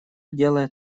дает